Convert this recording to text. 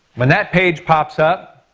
when that page pops up,